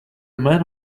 man